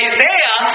Isaiah